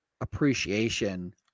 appreciation